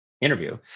interview